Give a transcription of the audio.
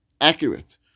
accurate